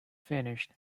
finished